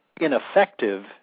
ineffective